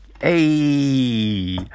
Hey